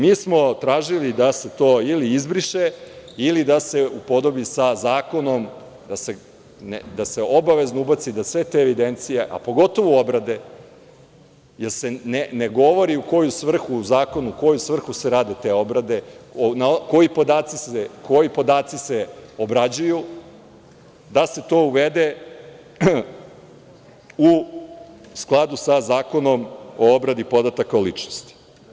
Mi smo tražili da se to ili izbriše ili da se upodobi sa zakonom, da se obavezno ubaci da sve te evidencije, a pogotovo obrade, jer se ne govori u zakonu u koju svrhu se rade te obrade, koji podaci se obrađuju, da se to uvede u skladu sa Zakonom o obradi podataka o ličnosti.